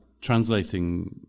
translating